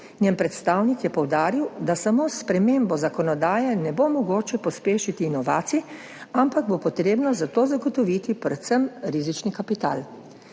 Njen predstavnik je poudaril, da samo s spremembo zakonodaje ne bo mogoče pospešiti inovacij, ampak bo treba za to zagotoviti predvsem rizični kapital.